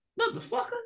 motherfucker